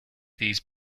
these